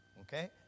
Okay